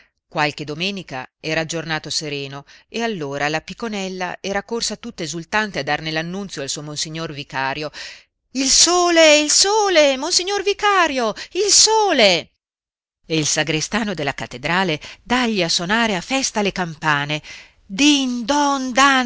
qualche domenica era aggiornato sereno e allora la piconella era corsa tutta esultante a darne l'annunzio al suo monsignor vicario il sole il sole monsignor vicario il sole e il sagrestano della cattedrale dàgli a sonare a festa le campane din